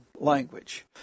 language